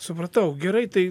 supratau gerai tai